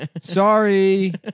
Sorry